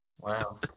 Wow